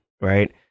right